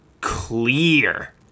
clear